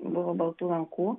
buvo baltų lankų